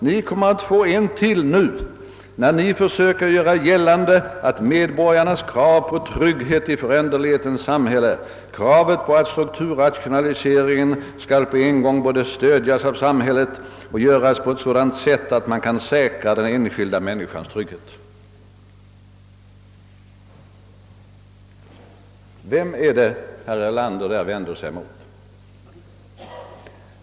»Ni kommer att få en till nu när vi försöker att göra gällande att medborgarnas krav på trygghet i föränderlighetens samhälle, kravet på att strukturrationaliseringen skall på en gång både stödjas av samhället och göras på ett sådant sätt, att man kan säkra den enskilda människans trygghet.» Vem är det herr Erlander vänder sig emot?